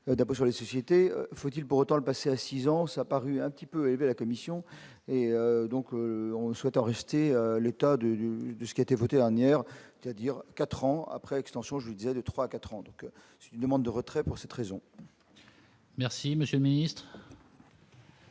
d'impôt sur les sociétés, faut-il pour autant le passé à 6 ans ça paru un petit peu et de la Commission, et donc on souhaite rester l'état de ce qui a été votée, Asnières, c'est-à-dire 4 ans après l'extension, je dirais, de 3, 4 ans, donc une demande de retrait pour cette raison. Merci monsieur ministre.